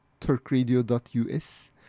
turkradio.us